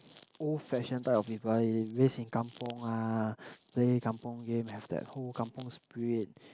old fashion type of people he lives in kampung ah play kampung game have that whole kampung spirit